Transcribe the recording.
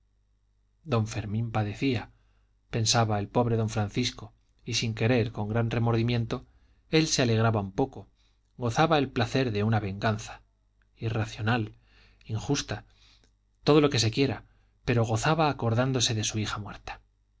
don fermín padecía pensaba el pobre don francisco y sin querer con gran remordimiento él se alegraba un poco gozaba el placer de una venganza irracional injusta todo lo que se quiera pero gozaba acordándose de su hija muerta